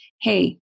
Hey